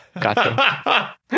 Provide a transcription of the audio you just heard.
gotcha